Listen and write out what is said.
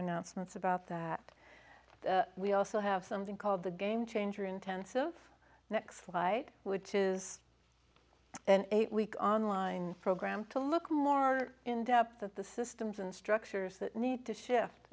announcements about that we also have something called the game changer intensive next fight which is and eight week online program to look more in depth at the systems and structures that need to shift